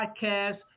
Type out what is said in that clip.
podcast